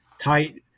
tight